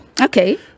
Okay